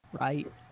right